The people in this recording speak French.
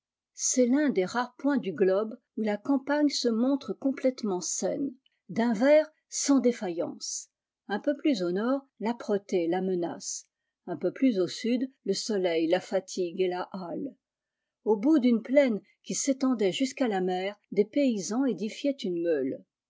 c'est l'uu des rares points du globe où la campagne se montre complètement saine d'un vert sans défaillance un peu plus au nord l'âpreté la menace un peu plus au sud le soleil la fatigue et la hâle au bo d'une plaine qui s'étendait jusqu'à la mer d paysans édifiaient une meule